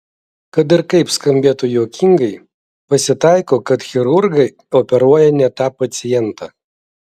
kad ir kaip skambėtų juokingai pasitaiko kad chirurgai operuoja ne tą pacientą